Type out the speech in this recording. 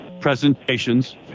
presentations